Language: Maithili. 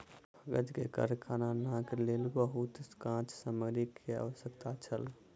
कागज के कारखानाक लेल बहुत काँच सामग्री के आवश्यकता छल